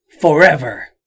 forever